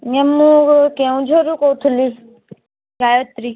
ନେ ମୁଁ କେଉଁଝରରୁ କହୁଥିଲି ଗାୟତ୍ରୀ